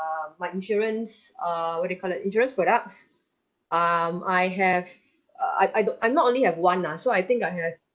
err my insurance err what do you call it insurance products um I have uh I I don't I'm not only have one lah so I think I have